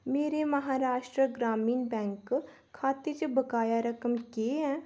मेरे महाराष्ट्र ग्रामीण बैंक खाते च बकाया रकम केह् ऐ